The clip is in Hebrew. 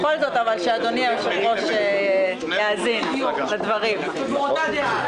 אנחנו רוצים לשמוע אותו אומר בקולו שזה לא חוקתי.